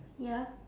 ya